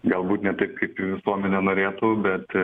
galbūt ne taip kaip visuomenė norėtų bet